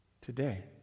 today